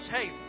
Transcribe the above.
Hey